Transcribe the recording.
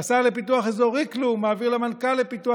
והשר לפיתוח אזורי כלום מעביר למנכ"ל לפיתוח